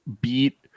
beat